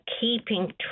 keeping